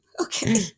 Okay